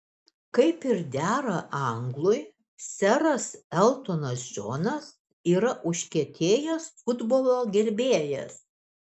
kaip ir dera anglui seras eltonas džonas yra užkietėjęs futbolo gerbėjas